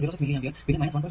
06 milli ampere പിന്നെ 1